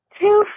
two